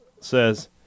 says